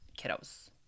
kiddos